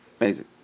Amazing